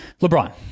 LeBron